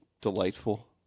delightful